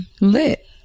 lit